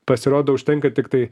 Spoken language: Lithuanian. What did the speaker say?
pasirodo užtenka tiktai